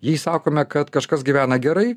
jei sakome kad kažkas gyvena gerai